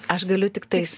aš galiu tiktais